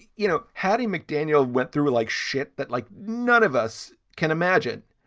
you know, hattie mcdaniel went through, like, shit that like none of us can imagine.